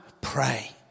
pray